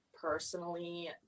personally